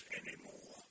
anymore